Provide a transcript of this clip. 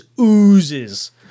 oozes